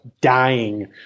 dying